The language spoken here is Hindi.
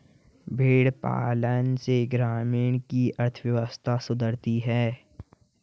भेंड़ पालन से ग्रामीणों की अर्थव्यवस्था सुधरती है